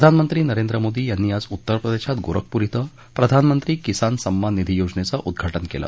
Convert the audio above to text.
प्रधानमंत्री नरेंद्र मोदी यांनी आज उत्तर प्रदेशात गोरखपूर इथं प्रधानमंत्री किसान सम्मान निधी योजनेचं उद्वाटन केलं